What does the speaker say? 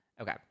Okay